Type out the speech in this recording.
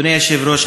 אדוני היושב-ראש,